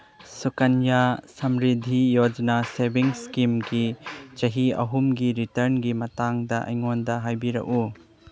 Sukanya Samriddhi Yojana savings ꯏꯁꯀꯤꯝꯒꯤ ꯆꯍꯤ ꯑꯍꯨꯝꯒꯤ ꯔꯤꯇꯟꯒꯤ ꯃꯇꯥꯡꯗ ꯑꯩꯉꯣꯟꯗ ꯍꯥꯏꯕꯤꯔꯛꯎ